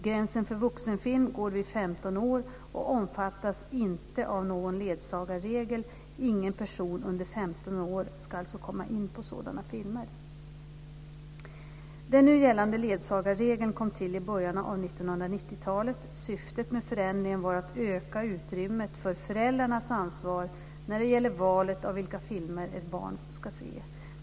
Gränsen för vuxenfilm går vid 15 år och omfattas inte av någon ledsagarregel - ingen person under 15 år ska komma in på sådana filmer. Den nu gällande ledsagarregeln kom till i början av 1990-talet. Syftet med förändringen var att öka utrymmet för föräldrarnas ansvar när det gäller valet av vilka filmer ett barn ska se.